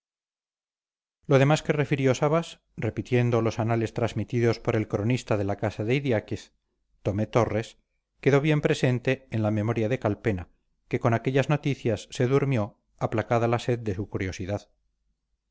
lo demás que refirió sabas repitiendo los anales transmitidos por el cronista de la casa de idiáquez tomé torres quedó bien presente en la memoria de calpena que con aquellas noticias se durmió aplacada la sed de su curiosidad